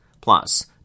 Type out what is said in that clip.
Plus